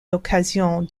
l’occasion